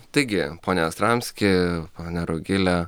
taigi pone jastramski pone rugile